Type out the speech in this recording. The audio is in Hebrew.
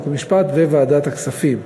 חוק ומשפט וועדת הכספים.